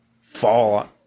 fall